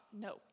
no